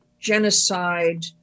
genocide